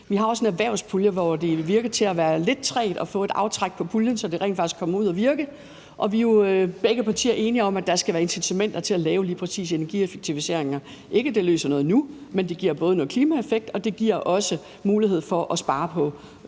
Vi har også en erhvervspulje, hvor det lader til at gå lidt trægt med at få et aftræk på puljen, så midlerne rent faktisk kommer ud at virke, og vi er jo i begge partier enige om, at der skal være incitamenter til at lave lige præcis energieffektiviseringer – ikke at det løser noget nu, men det giver noget klimaeffekt, og det giver også mulighed for at spare på